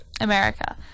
America